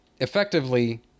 effectively